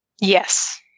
Yes